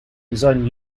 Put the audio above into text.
designed